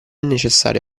necessario